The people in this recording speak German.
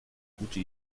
gute